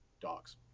dogs